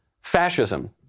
fascism